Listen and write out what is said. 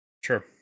sure